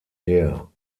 her